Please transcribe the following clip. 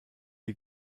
die